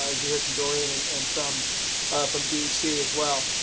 as you heard from dorian and and from from d. c. as well.